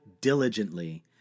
diligently